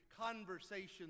Conversations